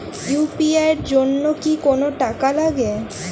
UPI এর জন্য কি কোনো টাকা লাগে?